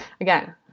Again